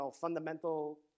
fundamental